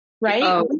right